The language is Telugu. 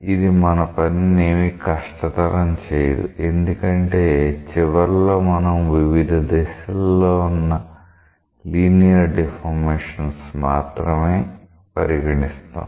ఇది మన పనిని ఏమి కష్టతరం చేయదు ఎందుకంటే చివరిలో మనం వివిధ దిశలలో ఉన్న లీనియర్ డిఫార్మేషన్స్ మాత్రమే పరిగణిస్తాం